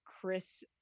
Chris